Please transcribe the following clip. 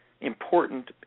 important